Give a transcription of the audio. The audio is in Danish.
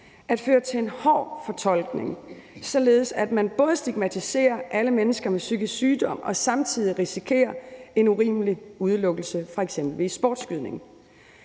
at føre til en hård fortolkning, således at man både stigmatiserer alle mennesker med psykisk sygdom og samtidig risikerer en urimelig udelukkelse fra eksempelvis sportsskydning?